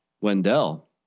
Wendell